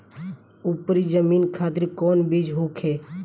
उपरी जमीन खातिर कौन बीज होखे?